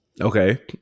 Okay